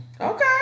Okay